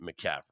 McCaffrey